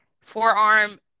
forearm